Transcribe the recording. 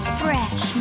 fresh